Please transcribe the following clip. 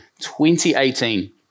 2018